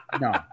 no